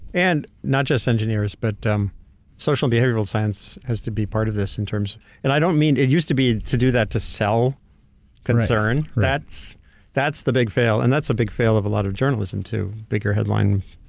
and not just engineers, but um social and behavioral science has to be part of this in terms. and i don't mean. it used to be to do that, to sell concern, that's that's the big fail, and that's a big fail of a lot of journalism, too, bigger headlines,